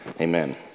Amen